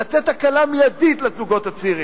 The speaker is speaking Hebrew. לתת הקלה מיידית לזוגות הצעירים?